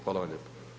Hvala vam lijepo.